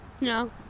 No